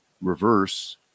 reverse